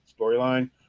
storyline